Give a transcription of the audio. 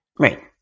Right